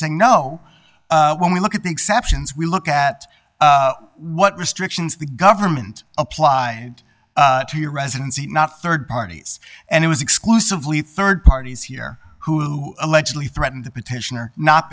saying no when we look at the exceptions we look at what restrictions the government applied to your residency not rd parties and it was exclusively rd parties here who allegedly threatened the petitioner not